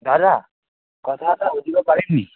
দাদা কথা এটা সুধিব পাৰিম নেকি